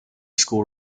school